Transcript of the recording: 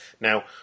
Now